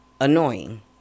Annoying